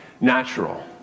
natural